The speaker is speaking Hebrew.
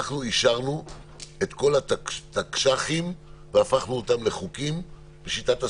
אנחנו אישרנו את כל התקש"חים והפכנו אותם לחוקים בשיטת הסלמי,